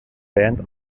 band